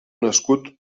escut